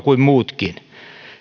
kuin muutkin